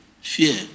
fear